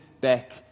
back